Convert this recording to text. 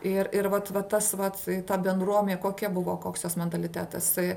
ir ir vat va tas vat ta bendruome kokia buvo koks jos mentalitetas tai